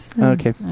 Okay